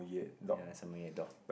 ya Samoyed dog